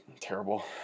terrible